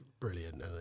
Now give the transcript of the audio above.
brilliant